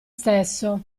stesso